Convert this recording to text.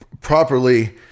properly